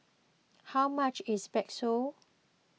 how much is Bakso